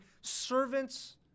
Servants